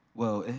well,